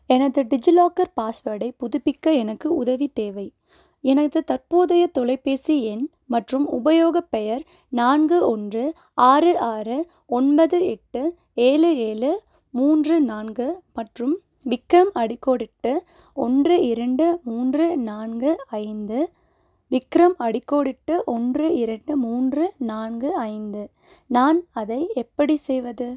எனது டிஜிலாக்கர் பாஸ்வேர்டைப் புதுப்பிக்க எனக்கு உதவி தேவை எனது தற்போதைய தொலைப்பேசி எண் மற்றும் உபயோகப் பெயர் நான்கு ஒன்று ஆறு ஆறு ஒன்பது எட்டு ஏழு ஏழு மூன்று நான்கு மற்றும் விக்ரம் அடிக்கோடிட்டு ஒன்று இரண்டு மூன்று நான்கு ஐந்து விக்ரம் அடிக்கோடிட்டு ஒன்று இரண்டு மூன்று நான்கு ஐந்து நான் அதை எப்படி செய்வது